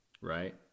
right